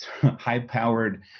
high-powered